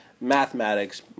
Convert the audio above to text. Mathematics